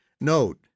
Note